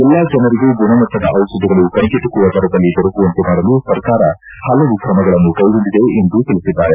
ಎಲ್ಲಾ ಜನರಿಗೂ ಗುಣಮಟ್ಟದ ಔಷಧಿಗಳು ಕ್ಲೆಗೆಟುಕುವ ದರದಲ್ಲಿ ದೊರಕುವಂತೆ ಮಾಡಲು ಸರ್ಕಾರ ಪಲವು ತ್ರಮಗಳನ್ನು ಕ್ಲೆಗೊಂಡಿದೆ ಎಂದು ತಿಳಿಸಿದ್ದಾರೆ